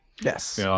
Yes